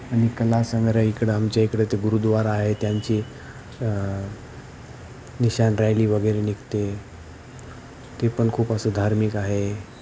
आणि कलासंग्रह इकडं आमच्या इकडं ते गुरुद्वार आहे त्यांची निशान रायली वगैरे निघते ते पण खूप असं धार्मिक आहे